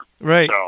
Right